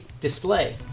display